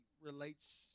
relates